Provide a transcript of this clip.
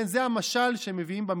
זה המשל שמביאים במדרש.